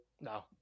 No